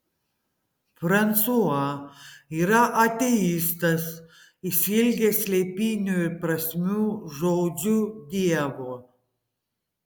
fransua yra ateistas išsiilgęs slėpinių ir prasmių žodžiu dievo